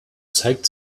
zeigt